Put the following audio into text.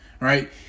right